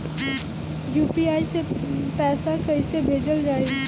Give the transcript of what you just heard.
UPI से पैसा कइसे भेजल जाई?